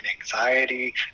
anxiety